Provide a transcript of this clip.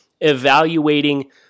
evaluating